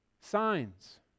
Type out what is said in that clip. signs